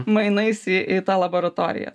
mainais į į tą laboratoriją